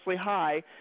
high